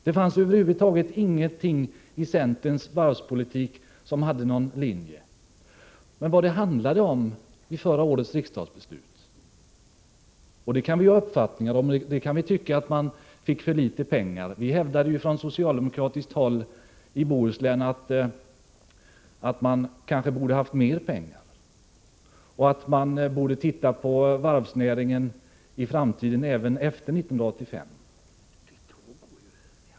Det fanns över huvud taget ingenting i centerns varvspolitik som hade någon substans. Vad förra årets riksdagsbeslut handlade om kan vi ha olika uppfattningar om. Man kan tycka att varvsnäringen fick för litet pengar. Vi socialdemokrater i Bohuslän hävdade ju att varven kanske borde ha fått mer pengar och att man borde studera varvsnäringens utveckling även efter 1985.